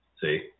See